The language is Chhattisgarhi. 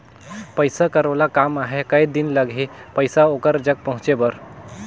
पइसा कर ओला काम आहे कये दिन लगही पइसा ओकर जग पहुंचे बर?